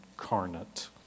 incarnate